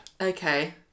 Okay